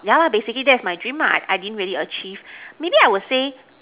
yeah lah basically that's my dream ah I didn't really achieve maybe I would say